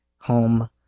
home